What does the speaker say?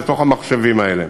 לתוך המחשבים האלה.